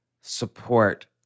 support